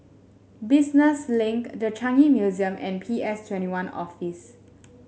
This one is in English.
Business Link The Changi Museum and P S Twenty One Office